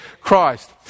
Christ